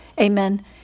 amen